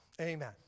Amen